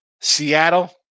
Seattle